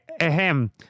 Ahem